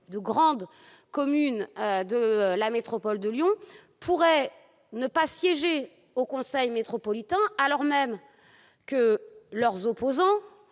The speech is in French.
de grandes communes de la métropole de Lyon, pourraient ne pas siéger au conseil métropolitain, alors même que leurs opposants,